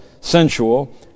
sensual